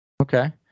Okay